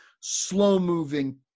slow-moving